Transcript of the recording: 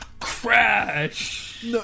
Crash